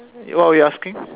what were you asking